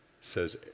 says